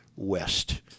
West